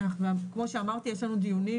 כמו שאמרתי יש לנו דיונים,